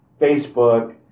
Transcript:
Facebook